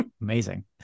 amazing